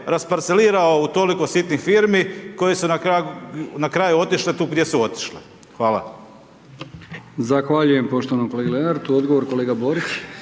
rasparcelirao u toliko sitnih firmi koje su na kraju otišle tu gdje su otišle. Hvala.